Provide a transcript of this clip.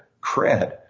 cred